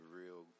real